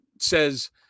says